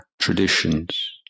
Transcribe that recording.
traditions